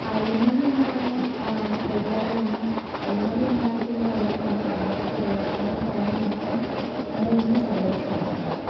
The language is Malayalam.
അഴിമതിയെന്നു പറയാൻ ഇതുവരെ ഒന്നും അഴിമതി ഉണ്ടായിട്ടുണ്ടോ അല്ലെങ്കിൽ നമ്മൾ അഴിമതിക്ക് ഇരയായിട്ടുണ്ടോ എന്ന് പറയാനും മാത്രം അങ്ങനെയൊന്നും സംഭവിച്ചിട്ടൊന്നുമില്ല